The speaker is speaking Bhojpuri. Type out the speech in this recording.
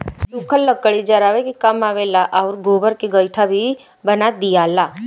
सुखल लकड़ी जरावे के काम आवेला आउर गोबर के गइठा भी बना दियाला